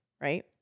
right